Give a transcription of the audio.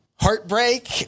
Heartbreak